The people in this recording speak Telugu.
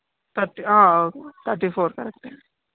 థర్టీ థర్టీ ఫోర్ కరెక్టే